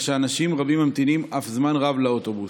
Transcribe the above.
שאנשים רבים ממתינים זמן רב לאוטובוס.